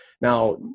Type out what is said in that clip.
Now